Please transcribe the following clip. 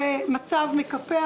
זה מצב מקפח.